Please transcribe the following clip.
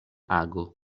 ago